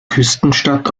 küstenstadt